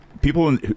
people